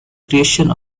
creation